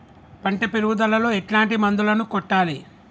పంట పెరుగుదలలో ఎట్లాంటి మందులను కొట్టాలి?